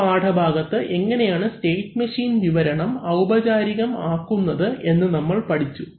ഈ പാഠഭാഗത്ത് എങ്ങനെയാണ് സ്റ്റേറ്റ് മെഷീൻ വിവരണം ഔപചാരികം ആക്കുന്നത് എന്ന് നമ്മൾ പഠിച്ചു